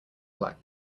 black